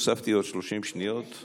הוספתי עוד 30 שניות, של